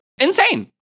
Insane